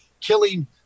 killing